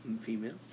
female